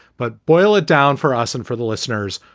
but boil it down for us and for the listeners.